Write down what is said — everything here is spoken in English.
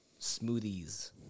Smoothies